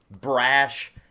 Brash